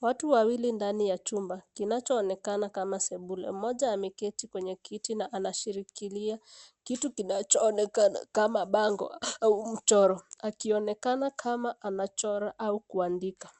Watu wawili ndani ya chumba kinachoonekana kama sebule. Mmoja ameketi kwenye kiti na anashikilia kitu kinachoonekana kama bango au mchoro akionekana kama anachora au kuandika.